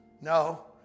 No